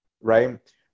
right